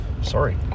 Sorry